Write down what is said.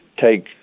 take